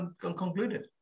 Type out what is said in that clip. concluded